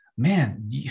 man